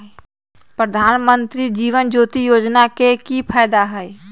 प्रधानमंत्री जीवन ज्योति योजना के की फायदा हई?